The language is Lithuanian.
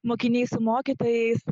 mokiniai su mokytojais